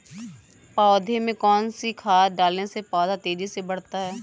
पौधे में कौन सी खाद डालने से पौधा तेजी से बढ़ता है?